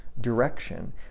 direction